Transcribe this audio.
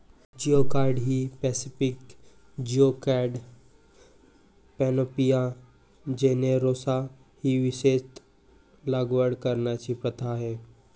geoduck ही Pacific geoduck, Panopea generosa ही विशेषत लागवड करण्याची प्रथा आहे